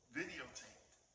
videotaped